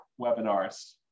webinars